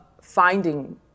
finding